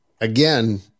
again